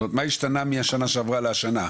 זאת אומרת מה השתנה משנה שעברה להשנה?